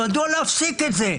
מדוע להפסיק את זה?